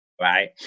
Right